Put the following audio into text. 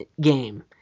game